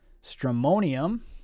Stramonium